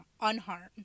unharmed